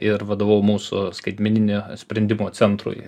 ir vadovavau mūsų skaitmeninio sprendimo centrui